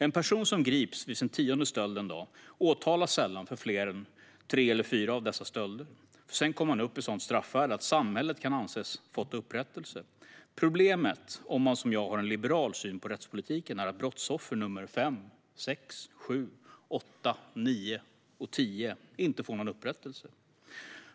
En person som en dag grips vid sin tionde stöld åtalas sällan för fler än tre eller fyra av dessa stölder, för sedan kommer man upp i ett sådant straffvärde att samhället kan anses ha fått upprättelse. Problemet för dem som liksom jag har en liberal syn på rättspolitiken är att brottsoffer fem, sex, sju, åtta, nio och tio inte får någon upprättelse.